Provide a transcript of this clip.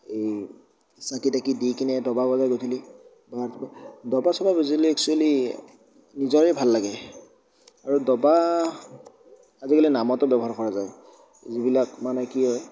এই চাকি তাকি দি কেনে দবা বজায় গধূলি বা ৰাতিপুৱা দবা ছবা বাজিলে একচুৱেলি নিজৰে ভাল লাগে আৰু দবা আজিকালি নামতো ব্যৱহাৰ কৰা যায় যিবিলাক মানে কি হয়